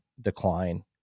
decline